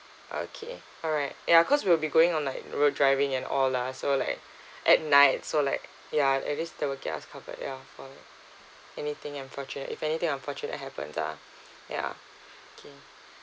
okay alright ya cause we'll be going on like we're driving and all lah so like at night so like ya at least that will get us covered ya for anything unfortunate if anything unfortunate happens lah ya okay